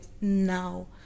now